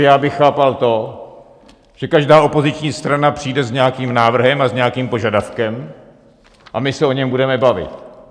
Já bych chápal to, že každá opoziční strana přijde s nějakým návrhem a s nějakým požadavkem a my se o něm budeme bavit.